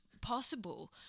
possible